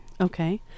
Okay